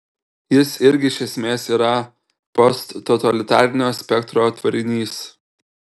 jis irgi iš esmės yra posttotalitarinio spektro tvarinys